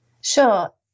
Sure